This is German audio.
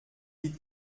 die